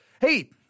Hey